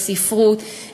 ספרות,